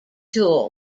tool